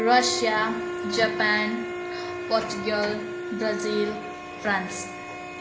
Russia Japan Portugal Brazil France